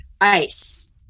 ice